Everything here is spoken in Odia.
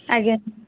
ଆଜ୍ଞା